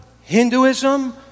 Hinduism